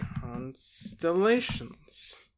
constellations